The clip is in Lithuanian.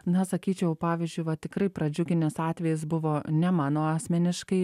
na sakyčiau pavyzdžiui va tikrai pradžiuginęs atvejis buvo ne mano asmeniškai